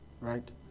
Right